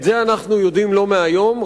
את זה אנחנו יודעים לא מהיום.